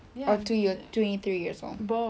or to your twenty three years old